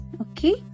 Okay